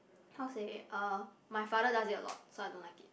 how to say uh my father does it a lot so I don't like it